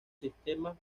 sistema